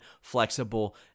flexible